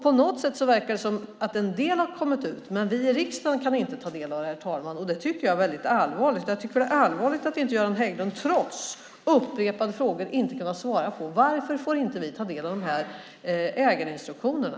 På något sätt verkar det som att en del har kommit ut, men vi i riksdagen kan inte ta del av detta, herr talman. Det tycker jag är allvarligt. Och jag tycker att det är allvarligt att Göran Hägglund trots upprepade frågor inte har kunnat svara på varför vi inte får ta del av ägarinstruktionerna.